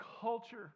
culture